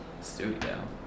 studio